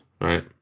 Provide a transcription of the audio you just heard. right